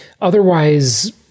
Otherwise